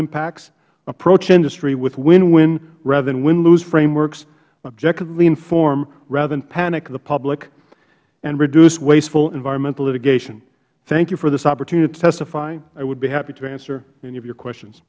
impacts approach industry with winwin rather than winlose frameworks objectively inform rather than panic the public and reduce wasteful environmental litigation thank you for this opportunity to testify i would be happy to answer any of your questions